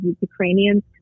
Ukrainians